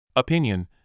Opinion